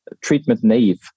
treatment-naive